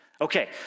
Okay